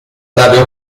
nave